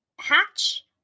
hatch